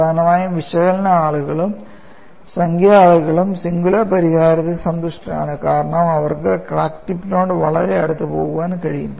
പ്രധാനമായും വിശകലന ആളുകളും സംഖ്യാ ആളുകളും സിംഗുലാർ പരിഹാരത്തിൽ സന്തുഷ്ടരാണ് കാരണം അവർക്ക് ക്രാക്ക് ടിപ്പിനോട് വളരെ അടുത്ത് പോകാൻ കഴിയും